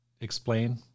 explain